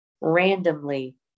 randomly